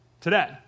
today